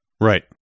Right